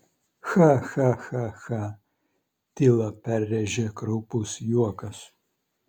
ha ha ha ha tylą perrėžė kraupus juokas